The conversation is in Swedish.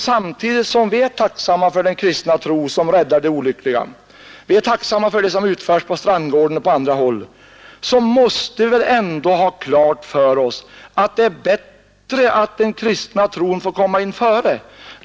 Samtidigt som vi är tacksamma för den kristna tro som räddar de olyckliga, tacksamma för det som utförs på Strandgården och på andra håll, måste vi väl ändå ha klart för oss att det är bättre att den kristna tron får komma in före.